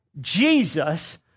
Jesus